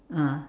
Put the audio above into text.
ah